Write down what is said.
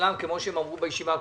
כמו שהם אמרו בישיבה הקודמת,